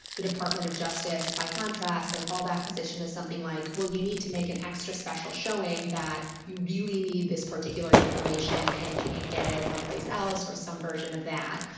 the department of justice, by contrast, their fallback position is something like, well, you need to make an extra special showing that you really need this particular information and can't get it someplace else or some version of that.